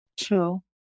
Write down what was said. True